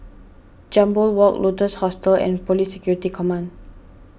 Jambol Walk Lotus Hostel and Police Security Command